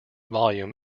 volume